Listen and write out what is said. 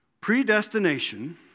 Predestination